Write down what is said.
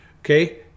Okay